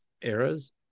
eras